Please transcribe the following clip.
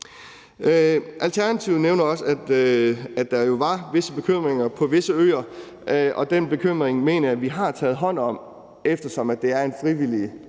Alternativet nævner også, at der jo var visse bekymringer på visse øer. Og den bekymring mener jeg at vi har taget hånd om, eftersom det er en frivillig